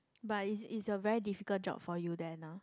but is is a very difficult job for you then ah